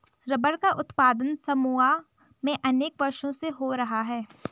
rubber का उत्पादन Samoa में अनेक वर्षों से हो रहा है